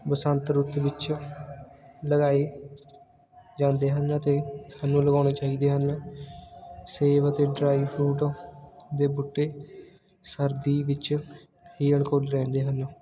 ਬਸੰਤ ਰੁੱਤ ਵਿੱਚ ਲਗਾਏ ਜਾਂਦੇ ਹਨ ਅਤੇ ਸਾਨੂੰ ਲਗਾਉਣੇ ਚਾਹੀਦੇ ਹਨ ਸੇਬ ਅਤੇ ਡਰਾਈ ਫਰੂਟ ਦੇ ਬੂਟੇ ਸਰਦੀ ਵਿੱਚ ਹੀ ਅਨੁਕੂਲ ਰਹਿੰਦੇ ਹਨ